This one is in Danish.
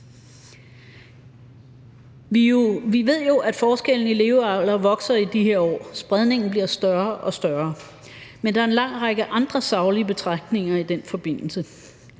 Vi ved jo, at forskellen i levealder vokser i de her år, spredningen bliver større og større. Men der er en lang række andre saglige betragtninger i den forbindelse.